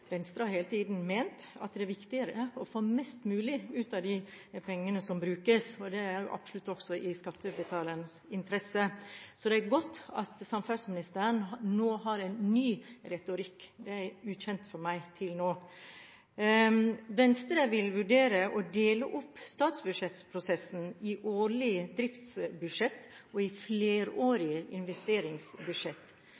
Venstre har hele tiden ment at det er viktigere å få mest mulig ut av de pengene som brukes. Det er også – absolutt – i skattebetalernes interesse. Så det er bra at samferdselsministeren nå har en ny retorikk – ukjent for meg til nå. Venstre vil vurdere å dele opp statsbudsjettprosessen i årlige driftsbudsjett og i